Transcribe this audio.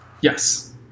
Yes